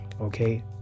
Okay